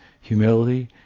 humility